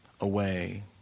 away